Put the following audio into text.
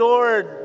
Lord